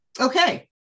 okay